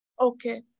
Okay